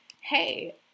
hey